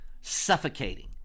suffocating